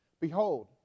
behold